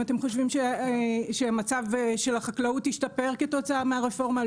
אתם חושבים שהמצב של החקלאות השתפר כתוצאה מהרפורמה,